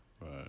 Right